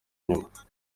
inyuma